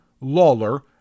Lawler